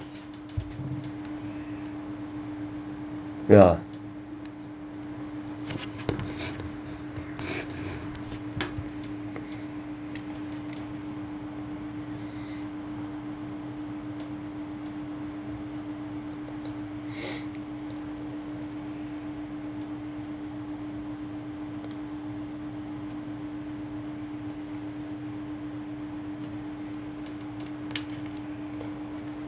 okay lah